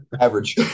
Average